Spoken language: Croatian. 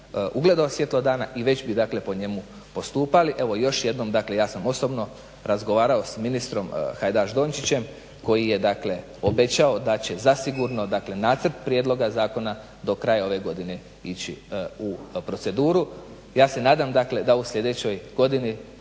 ugledao svjetlo dana, i već bi dakle po njemu postupali. Evo još jednom dakle ja sam osobno razgovarao s ministrom Hajdaš Dončićem, koji je dakle obećao da će zasigurno dakle nacrt prijedloga zakona do kraja ove godine ići u proceduru. Ja se nadam dakle da u sljedećoj godini,